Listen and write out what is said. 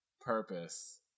Purpose